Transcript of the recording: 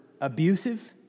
abusive